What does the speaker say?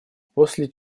после